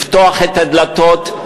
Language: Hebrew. לפתוח את הדלתות,